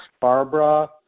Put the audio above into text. Barbara